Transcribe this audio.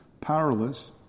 powerless